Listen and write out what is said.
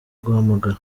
guhamagara